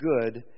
good